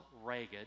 ragged